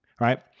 Right